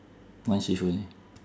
one shift only